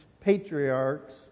patriarchs